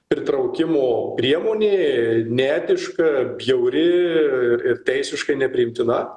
pritraukimo priemonė neetiška bjauri ir teisiškai nepriimtina